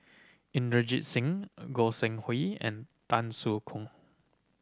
Inderjit Singh Goi Seng Hui and Tan Soo Khoon